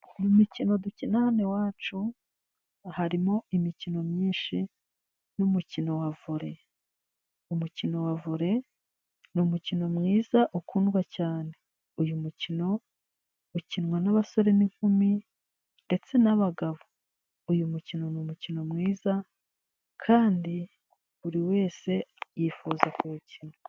Mu mikino dukina hano iwacu ,harimo imikino myinshi n'umukino wa volley umukino wa volley, ni umukino mwiza ukundwa cyane uyu mukino ukinwa n'abasore n'inkumi ndetse n'abagabo uyu mukino ni umukino mwiza kandi buri wese yifuza kuwukina.